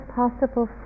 possible